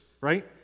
right